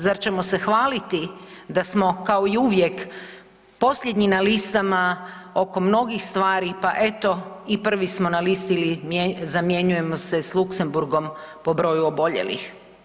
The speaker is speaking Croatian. Zar ćemo se hvaliti da smo kao i uvijek posljednji na listama oko mnogih stvari, pa eto i prvi smo na listi ili zamjenjujemo se s Luxembourgom po broju oboljelih.